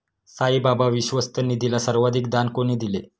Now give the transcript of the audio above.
साईबाबा विश्वस्त निधीला सर्वाधिक दान कोणी दिले?